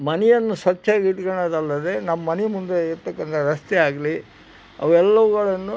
ಮನೆಯನ್ನು ಸ್ವಚ್ಛವಾಗಿ ಇಟ್ಕಳದಲ್ಲದೇ ನಮ್ಮ ಮನೆ ಮುಂದೆ ಇರ್ತಕ್ಕಂಥ ರಸ್ತೆಯಾಗಲಿ ಅವೆಲ್ಲವುಗಳನ್ನು